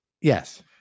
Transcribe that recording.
Yes